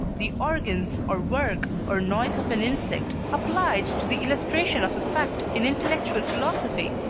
the organs, or work, or noise of an insect, applied to the illustration of a fact in intellectual philosophy,